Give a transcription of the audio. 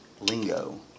lingo